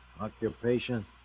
occupation